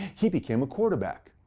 he became a quarterback.